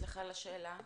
סליחה על השאלה.